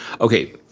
okay